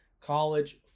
college